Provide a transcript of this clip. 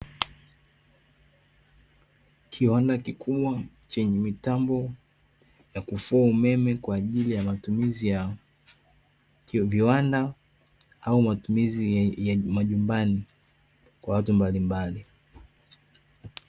Kiwanda kikubwa chenye mitambo ya kufua umeme kwa ajili ya matumizi ya kiviwanda au matumizi ya majumbani, kwa watu mbalimbali.